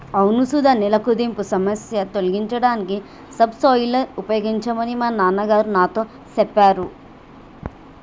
అవును సుధ నేల కుదింపు సమస్య తొలగించడానికి సబ్ సోయిలర్ ఉపయోగించమని మా నాన్న గారు నాతో సెప్పారు